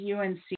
UNC